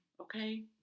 Okay